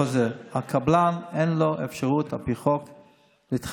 לקבלן אין על פי החוק אפשרות,